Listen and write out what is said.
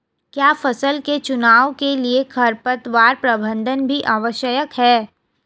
क्या फसल के चुनाव के लिए खरपतवार प्रबंधन भी आवश्यक है?